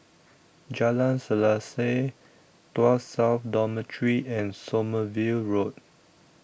Jalan Selaseh Tuas South Dormitory and Sommerville Road